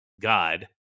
God